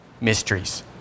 mysteries